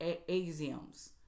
axioms